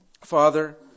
Father